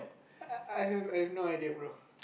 I I have no idea bro